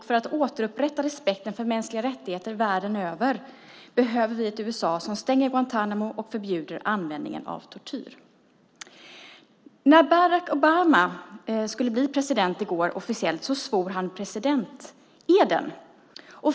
För att återupprätta respekten för mänskliga rättigheter världen över behöver vi ett USA som stänger Guantánamo och förbjuder användningen av tortyr. När Barack Obama skulle bli president i går officiellt svor han presidenteden.